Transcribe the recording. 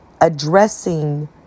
addressing